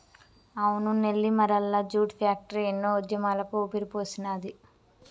అవును Nellimarla jute factory ఎన్నో ఉద్యమాలకు ఊపిరిపోసినాది